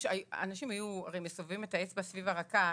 אנשים היו הרי מסובבים את האצבע סביב הרקה,